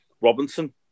Robinson